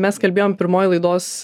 mes kalbėjom pirmoj laidos